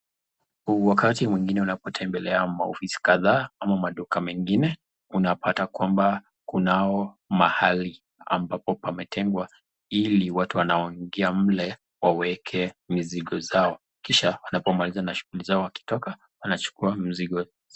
Wakati mingine unapotembelea maofisi kadhaa ama duka mengine unapata kwamba kunao, mahali ambapo pametengwa ili waweke mizigo zao kisha wanapomaliza shughulika zao wanachukua mizigo zao.